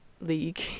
league